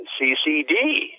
ccd